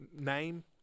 name